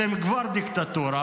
אתם כבר דיקטטורה.